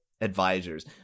advisors